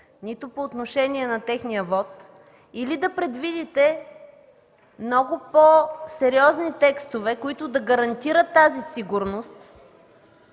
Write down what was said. нито по отношение на техния вот, или да предвидите много по-сериозни текстове, които да гарантират тази сигурност,